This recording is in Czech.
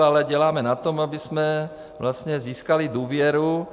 Ale děláme na tom, abychom vlastně získali důvěru.